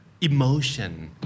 emotion